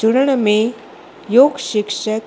जुड़ण में योगु शिक्षक